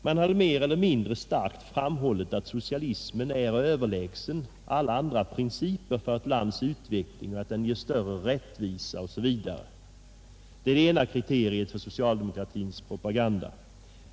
Man har mer eller mindre starkt framhållit att socialismen är överlägsen alla andra principer för ett lands utveckling och att den ger större rättvisa osv. Det är det ena kriteriet för socialdemokratins propaganda.